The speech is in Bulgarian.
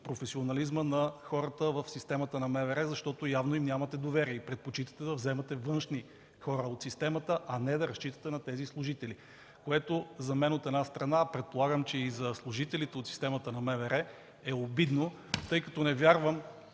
професионализма на хората в системата на МВР, защото явно им нямате доверие и предпочитате да вземете външни на системата хора, а не да разчитате на тези служители. За мен, а предполагам, че и за служителите от системата на МВР, това е обидно, тъй като в цялата